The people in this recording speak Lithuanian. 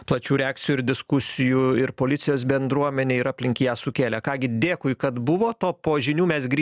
plačių reakcijų ir diskusijų ir policijos bendruomenėj ir aplink ją sukėlė ką gi dėkui kad buvot o po žinių mes grįžę